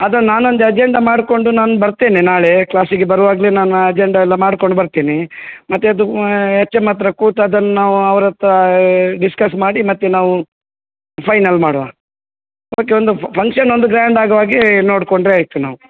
ಅದು ನಾನೊಂದು ಅಜೆಂಡ ಮಾಡ್ಕೊಂಡು ನಾನು ಬರ್ತೇನೆ ನಾಳೆ ಕ್ಲಾಸಿಗೆ ಬರುವಾಗಲೇ ನಾನು ಅಜೆಂಡ ಎಲ್ಲ ಮಾಡ್ಕೊಂಡು ಬರ್ತೀನಿ ಮತ್ತೆ ಅದು ಎಚ್ ಎಮ್ ಹತ್ತಿರ ಕೂತು ಅದನ್ನು ನಾವು ಅವರ ಹತ್ತಿರ ಡಿಸ್ಕಸ್ ಮಾಡಿ ಮತ್ತೆ ನಾವು ಫೈನಲ್ ಮಾಡುವ ಓಕೆ ಒಂದು ಫಂಕ್ಷನ್ ಒಂದು ಗ್ರ್ಯಾಂಡ್ ಆಗುವಾಗೆ ನೋಡ್ಕೊಂಡ್ರೆ ಆಯ್ತು ನಾವು